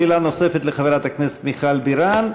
שאלה נוספת לחברת הכנסת מיכל בירן,